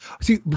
See